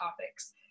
topics